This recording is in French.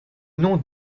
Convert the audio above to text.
nom